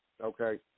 okay